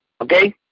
Okay